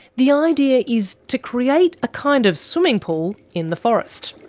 the idea is to create a kind of swimming pool in the forest.